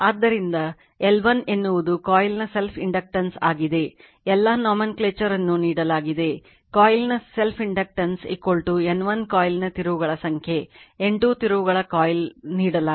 ಆದ್ದರಿಂದ L 1 ಎನ್ನುವುದು coil 1 ನ self inductance N 1 ಕಾಯಿಲ್ 1 ನ ತಿರುವುಗಳ ಸಂಖ್ಯೆ N 2 ತಿರುವುಗಳ ಕಾಯಿಲ್ ನೀಡಲಾಗಿದೆ